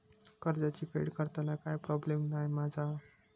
कर्जाची फेड करताना काय प्रोब्लेम नाय मा जा?